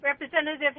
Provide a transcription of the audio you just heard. Representative